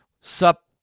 sup